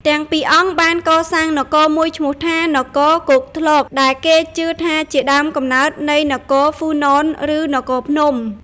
ទាំងពីរអង្គបានកសាងនគរមួយឈ្មោះថា នគរគោកធ្លក ដែលគេជឿថាជាដើមកំណើតនៃនគរហ្វូណន ឬនគរភ្នំ។